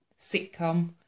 sitcom